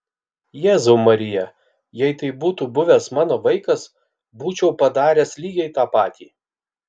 jėzau marija jei tai būtų buvęs mano vaikas būčiau padaręs lygiai tą patį